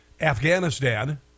Afghanistan